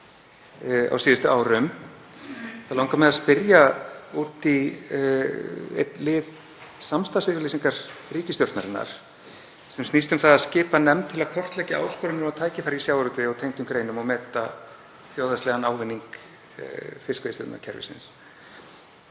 á síðustu árum. Mig langar að spyrja út í einn lið samstarfsyfirlýsingar ríkisstjórnarinnar sem snýst um að skipa nefnd til að kortleggja áskoranir og tækifæri í sjávarútvegi og tengdum greinum og meta þjóðhagslegan ávinning fiskveiðistjórnarkerfisins.